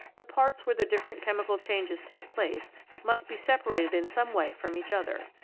the parts where the different chemical changes take place must be separated in some way from each other,